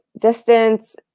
distance